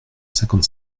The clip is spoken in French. cinquante